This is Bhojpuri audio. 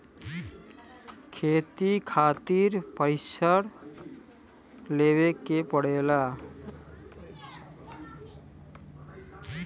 खेती खातिर प्रशिक्षण लेवे के पड़ला